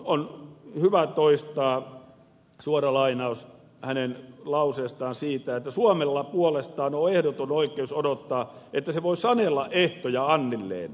on hyvä toistaa suora lainaus hänen lauseestaan siitä että suomella puolestaan on ehdoton oikeus odottaa että se voi sanella ehtoja annilleen